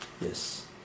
yes